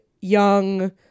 young